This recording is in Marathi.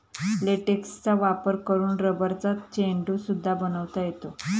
लेटेक्सचा वापर करून रबरचा चेंडू सुद्धा बनवता येतो